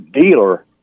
dealer